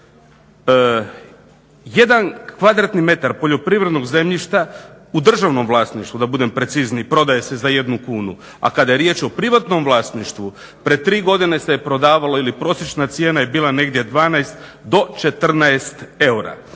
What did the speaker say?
Jedan kvadratni metar poljoprivrednog zemljišta u državnom vlasništvu da budem precizniji prodaje se za jednu kunu, a kada je riječ o privatnom vlasništvu pred tri godine se prodavalo ili prosječna cijena je bila negdje 12 do 14 eura.